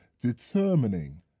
determining